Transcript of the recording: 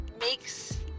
makes